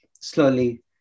slowly